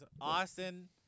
Austin